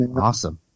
Awesome